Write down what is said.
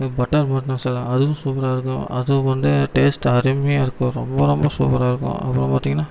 butter போட்டு மசாலா அதுவும் சூப்பராக இருக்கும் அது வந்து டேஸ்ட் அருமையாக இருக்கும் ரொம்ப ரொம்ப சூப்பராக இருக்கும் அப்புறம் பார்த்தீங்கன்னா